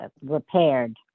repaired